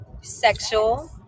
sexual